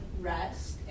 rest